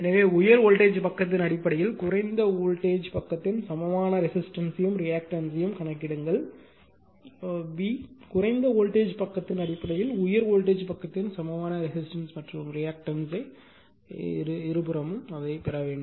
எனவே உயர் வோல்டேஜ் பக்கத்தின் அடிப்படையில் குறைந்த வோல்டேஜ் பக்கத்தின் சமமான ரெசிஸ்டன்ஸ் யும் ரியாக்டன்ஸ்யையும் கணக்கிடுங்கள் b குறைந்த வோல்டேஜ் பக்கத்தின் அடிப்படையில் உயர் வோல்டேஜ் பக்கத்தின் சமமான ரெசிஸ்டன்ஸ்மற்றும் ரியாக்டன்ஸ் இருபுறமும் அதைப் பெற வேண்டும்